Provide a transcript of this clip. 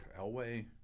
Elway